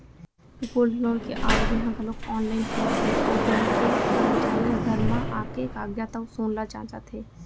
gold loan के आवेदन ह घलौक आनलाइन होत हे अउ बेंक के करमचारी ह घर म आके कागजात अउ सोन ल जांचत हे